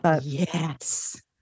Yes